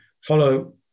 follow